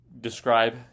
describe